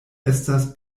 estas